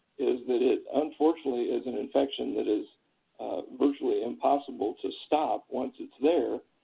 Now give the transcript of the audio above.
is that it unfortunately is an infection that is virtually impossible to stop once it's there,